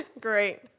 great